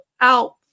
out